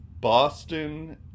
Boston